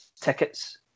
tickets